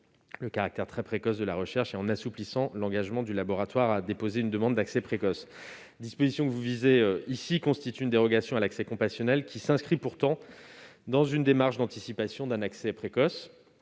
le caractère très précoce de cette recherche et en assouplissant l'engagement du laboratoire à déposer une demande d'accès précoce. La disposition que vous visez ici constitue une dérogation à l'accès compassionnel, qui s'inscrit pourtant dans une démarche d'anticipation de l'accès précoce.